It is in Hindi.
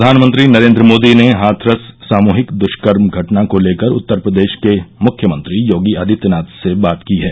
प्रधानमंत्री नरेन्द्र मोदी ने हाथरस सामूहिक दुष्कर्म घटना को लेकर प्रदेश के मुख्यमंत्री योगी आदित्यनाथ से बात की है